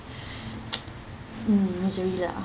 mm misery lah